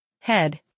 head